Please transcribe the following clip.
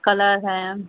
colour हैं